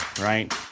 right